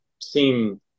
seem